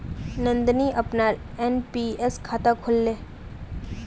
नंदनी अपनार एन.पी.एस खाता खोलले